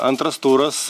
antras turas